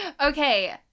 okay